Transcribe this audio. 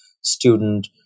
student